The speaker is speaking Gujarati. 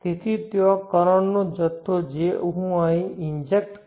તેથી ત્યાં કરંટ નો જથ્થો જે હું અહીં ઇન્જેક્ટ કરું છું